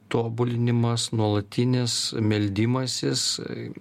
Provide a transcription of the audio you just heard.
tobulinimas nuolatinis meldimasis